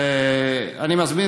הביטחון,